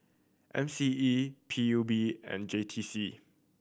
M C E P U B and J T C